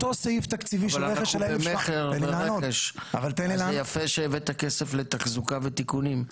אבל אנחנו ברכש ומכר אז זה יפה שהבאת כסף לתחזוקה ותיקונים.